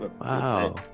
Wow